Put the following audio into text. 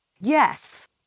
Yes